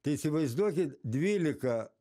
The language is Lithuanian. tai įsivaizduokit dvylika